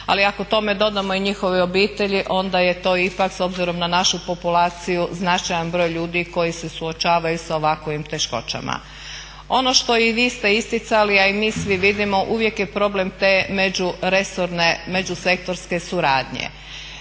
ali ako tome dodamo i njihove obitelji onda je to ipak s obzirom na našu populaciju značajan broj ljudi koji se suočavaju sa ovakvim teškoćama. Ono što ste i vi isticali, a i mi svi vidimo uvijek je problem te međusektorske suradnje.